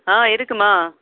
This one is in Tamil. ஆ இருக்குதும்மா